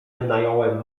wynająłem